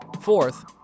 Fourth